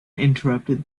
interrupted